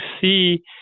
see